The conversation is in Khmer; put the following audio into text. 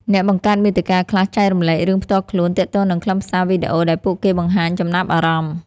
អ្នកបង្កើតមាតិកាខ្លះចែករំលែករឿងផ្ទាល់ខ្លួនទាក់ទងនឹងខ្លឹមសារវីដេអូដែលពួកគេបង្ហាញចំណាប់អារម្មណ៍។